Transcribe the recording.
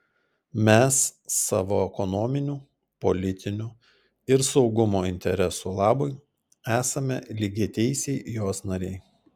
mes savo ekonominių politinių ir saugumo interesų labui esame lygiateisiai jos nariai